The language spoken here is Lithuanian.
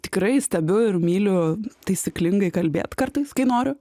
tikrai stebiu ir myliu taisyklingai kalbėt kartais kai noriu